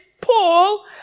Paul